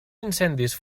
incendis